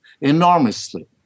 enormously